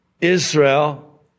Israel